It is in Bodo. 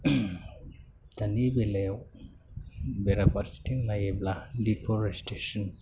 दानि बेलायाव बेराफारसेथिं नायोब्ला डिफ'रेस्टेसन